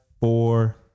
four